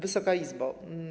Wysoka Izbo!